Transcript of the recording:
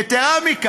יתרה מזו,